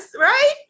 right